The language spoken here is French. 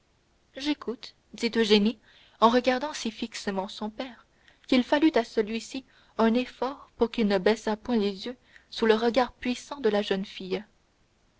j'écoute dit eugénie en regardant si fixement son père qu'il fallut à celui-ci un effort pour qu'il ne baissât point les yeux sous le regard puissant de la jeune fille